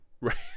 Right